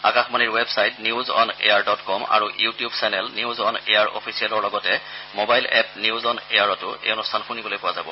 আকাশবাণীৰ website news on air dot com আৰু YouTube channel news on air অফিচিয়েলৰ লগতে মোবাইল এপ নিউজ অন এয়াৰতো এই অনুষ্ঠান শুনিবলৈ পোৱা যাব